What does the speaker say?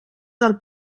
del